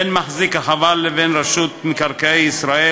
בין מחזיק החווה לבין רשות מקרקעי ישראל,